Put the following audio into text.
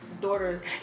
daughter's